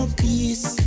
peace